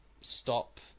stop